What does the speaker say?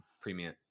premium